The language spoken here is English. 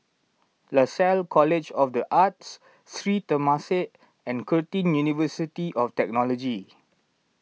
Lasalle College of the Arts Sri Temasek and Curtin University of Technology